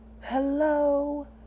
Hello